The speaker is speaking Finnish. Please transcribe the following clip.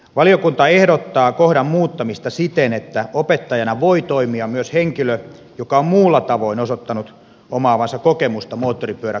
valiokunta ehdottaa kohdan muuttamista siten että opettajana voi toimia myös henkilö joka on muulla tavoin osoittanut omaavansa kokemusta moottoripyöräkouluksesta